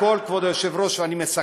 אבל מעל לכול, כבוד היושב-ראש, ואני מסכם,